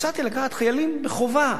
הצעתי לקחת חיילים בחובה,